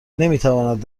نمیتواند